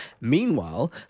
Meanwhile